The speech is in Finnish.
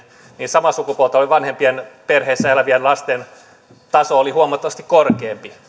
niin samaa sukupuolta olevien vanhempien perheissä elävillä lapsilla taso oli huomattavasti korkeampi